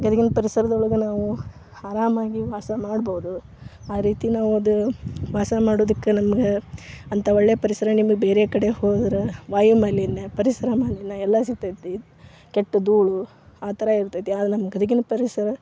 ಗದಗಿನ ಪರಿಸರದೊಳಗೆ ನಾವು ಆರಾಮಾಗಿ ವಾಸ ಮಾಡ್ಬೋದು ಆ ರೀತಿ ನಾವು ಅದು ವಾಸ ಮಾಡೋದಕ್ಕೆ ನಮ್ಗೆ ಅಂಥ ಒಳ್ಳೆಯ ಪರಿಸರ ನಿಮ್ಗೆ ಬೇರೆ ಕಡೆ ಹೋದ್ರೆ ವಾಯು ಮಾಲಿನ್ಯ ಪರಿಸರ ಮಾಲಿನ್ಯ ಎಲ್ಲ ಸಿಗ್ತದೆ ಕೆಟ್ ಧೂಳು ಆ ಥರ ಇರ್ತದೆ ಆದ್ರೆ ನಮ್ಮ ಗದಗಿನ ಪರಿಸರ